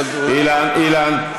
אבל הוא, אילן, אילן.